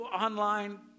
online